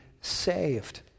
saved